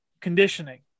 conditioning